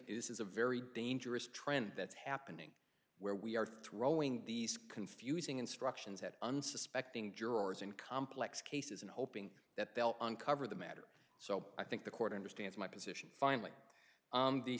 this is a very dangerous trend that's happening where we are throwing these confusing instructions at unsuspecting jurors in complex cases and hoping that they'll uncover the matter so i think the court understands my position finally